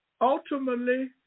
ultimately